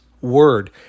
word